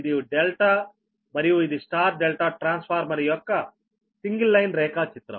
ఇది ∆ మరియు ఇది Y ∆ ట్రాన్స్ఫార్మర్ యొక్క సింగిల్ లైన్ రేఖాచిత్రం